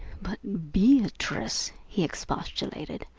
but beatrice, he expostulated,